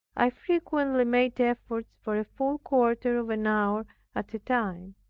i frequently made efforts for a full quarter of an hour at a time.